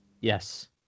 Yes